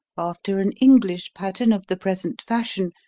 after an english pattern of the present fashion,